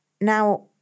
Now